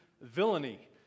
villainy